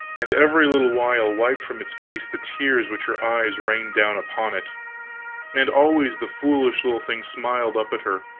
and every little while wiped from its face the tears which her eyes rained down upon it and always the foolish little thing smiled up at her,